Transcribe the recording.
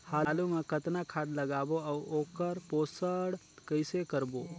आलू मा कतना खाद लगाबो अउ ओकर पोषण कइसे करबो?